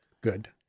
good